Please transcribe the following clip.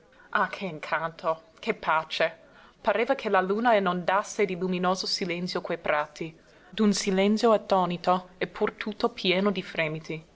ah che incanto che pace pareva che la luna inondasse di luminoso silenzio quei prati d'un silenzio attonito e pur tutto pieno di fremiti